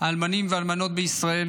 האלמנים והאלמנות בישראל